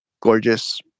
gorgeous